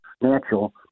natural